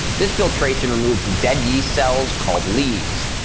this filtration removes the dead yeast cells called lees.